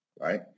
Right